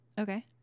Okay